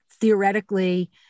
theoretically